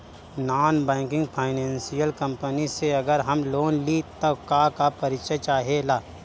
Non banking financial company से अगर हम लोन लि त का का परिचय चाहे ला?